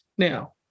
Now